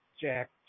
Jack